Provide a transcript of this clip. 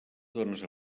dones